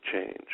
change